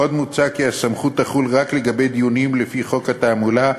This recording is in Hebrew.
עוד מוצע כי הסמכות תחול רק לגבי דיונים לפי חוק התעמולה,